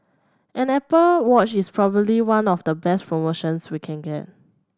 an Apple Watch is probably one of the best promotions we can get